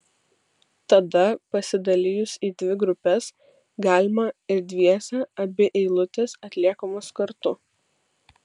tada pasidalijus į dvi grupes galima ir dviese abi eilutės atliekamos kartu